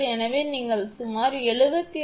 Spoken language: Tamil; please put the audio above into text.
எனவே நீங்கள் சுமார் 76